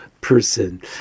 person